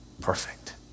perfect